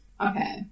Okay